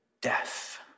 death